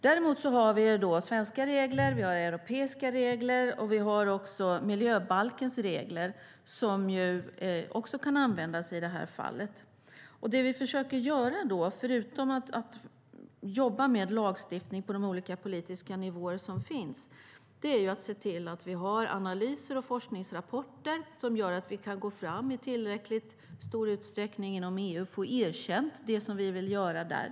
Däremot har vi svenska regler, vi har europeiska regler och vi har också miljöbalkens regler som kan användas i det här fallet. Förutom att jobba med lagstiftning på de olika politiska nivåer som finns försöker vi också se till att vi har analyser och forskningsrapporter som gör att vi kan gå fram i tillräckligt stor utsträckning inom EU och få erkänt det vi vill göra där.